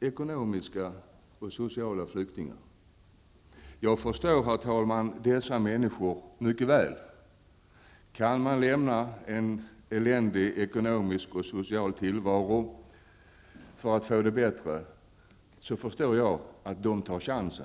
ekonomiska eller sociala flyktingar. Jag förstår, herr talman, dessa människor mycket väl. Kan man lämna en eländig ekonomisk och social tillvaro för att få det bättre tar man den chansen. Det förstår jag alltså.